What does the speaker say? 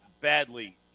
badly